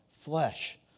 flesh